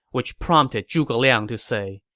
which prompted zhuge liang to say,